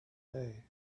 day